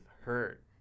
hurt